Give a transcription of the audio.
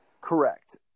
Correct